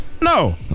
No